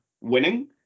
winning